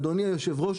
אדוני היושב-ראש,